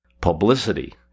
publicity